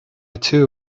too